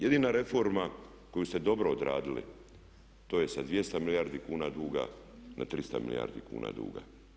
Jedina reforma koju ste dobro odradili to je sa 200 milijardi kuna duga na 300 milijardi kuna duga.